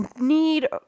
need